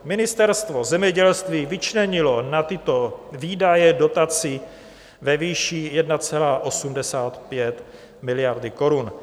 Ministerstvo zemědělství vyčlenilo na tyto výdaje dotaci ve výši 1,85 miliardy korun.